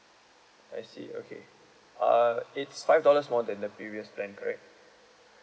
I see okay uh it's five dollars more than the previous plan correct